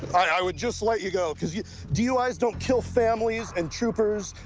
i would just let you go? because you duis don't kill families, and troopers,